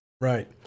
right